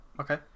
Okay